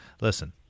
listen